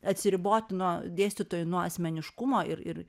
atsiriboti nuo dėstytojui nuo asmeniškumo ir ir